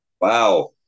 Wow